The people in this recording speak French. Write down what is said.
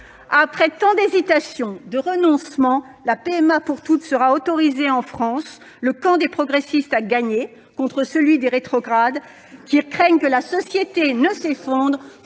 Après tant d'hésitations, de renoncements, la PMA pour toutes sera autorisée en France. Le camp des progressistes a gagné contre celui des rétrogrades, ... Ça suffit !... qui craignent que la société ne s'effondre